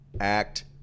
Act